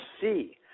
see